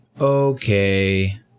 okay